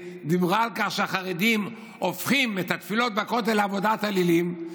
והיא דיברה על כך שהחרדים הופכים את התפילות בכותל לעבודת אלילים.